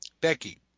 Becky